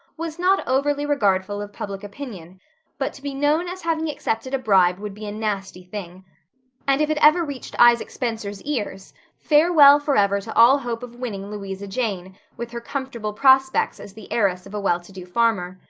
was not overly regardful of public opinion but to be known as having accepted a bribe would be a nasty thing and if it ever reached isaac spencer's ears farewell forever to all hope of winning louisa jane with her comfortable prospects as the heiress of a well-to-do farmer.